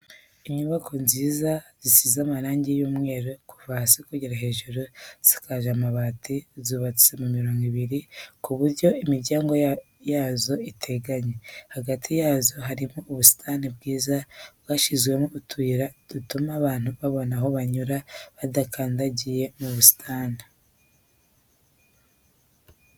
Inyubako nziza zisize amarangi y'umweru kuva hasi kugera hejuru, zisakaje amabati zubatse mu mirongo ibiri, ku buryo imiryango yazo iteganye, hagati yazo harimo ubusitani bwiza bwashyizwemo utuyira dutuma abantu babona aho banyura badakandagiye mu busitani.